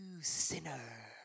sinner